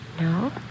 No